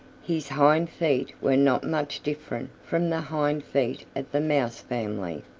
his hind feet were not much different from the hind feet of the mouse family.